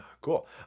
Cool